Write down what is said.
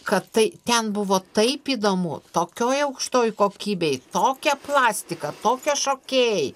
kad tai ten buvo taip įdomu tokioj aukštoj kokybėj tokia plastika tokie šokėjai